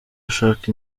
ashaka